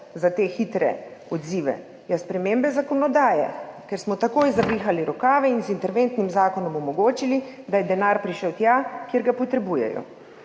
za te hitre odzive? Spremembe zakonodaje, ker smo takoj zavihali rokave in z interventnim zakonom omogočili, da je denar prišel tja, kjer ga potrebujejo.